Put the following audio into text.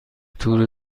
تور